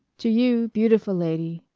to. you. beaut-if-ul lady,